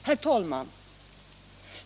Herr talman!